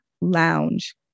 Lounge